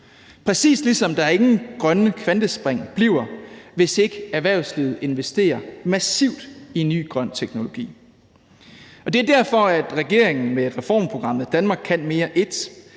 præcis ligesom der ingen grønne kvantespring bliver, hvis ikke erhvervslivet investerer massivt i ny grøn teknologi. Det er derfor, at regeringen med reformprogrammet »Danmark kan mere I«